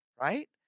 right